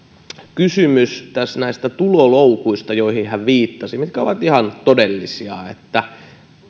kysymys näistä tuloloukuista joihin hän viittasi ja jotka ovat ihan todellisia